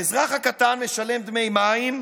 האזרח הקטן משלם דמי מים,